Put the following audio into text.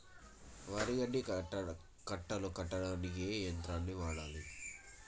వరి గడ్డి కట్టలు కట్టడానికి ఏ యంత్రాన్ని వాడాలే?